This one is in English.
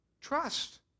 trust